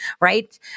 right